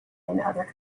other